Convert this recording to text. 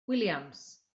williams